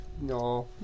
No